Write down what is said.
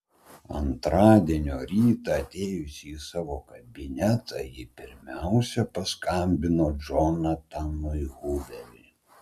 antradienio rytą atėjusi į savo kabinetą ji pirmiausia paskambino džonatanui huveriui